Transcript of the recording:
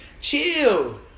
chill